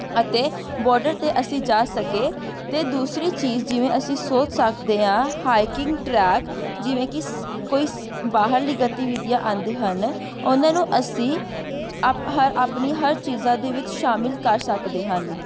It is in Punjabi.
ਅਤੇ ਬੋਡਰ 'ਤੇ ਅਸੀਂ ਜਾ ਸਕੇ ਅਤੇ ਦੂਸਰੀ ਚੀਜ਼ ਜਿਵੇਂ ਅਸੀਂ ਸੋਚ ਸਕਦੇ ਹਾਂ ਹਾਈਕਿੰਗ ਟਰੈਕ ਜਿਵੇਂ ਕਿ ਸ ਕੋਈ ਸ ਬਾਹਰਲੀ ਗਤੀਵਿਧੀਆਂ ਆਉਂਦੇ ਹਨ ਉਹਨਾਂ ਨੂੰ ਅਸੀਂ ਅਪ ਹਰ ਆਪਣੀ ਹਰ ਚੀਜ਼ਾਂ ਦੇ ਵਿੱਚ ਸ਼ਾਮਿਲ ਕਰ ਸਕਦੇ ਹਨ